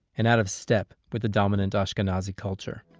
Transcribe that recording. and out of step with the dominant ashkenazi culture